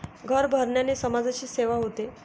कर भरण्याने समाजाची सेवा होते